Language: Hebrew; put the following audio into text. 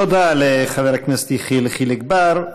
תודה לחבר הכנסת יחיאל חיליק בר.